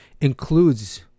includes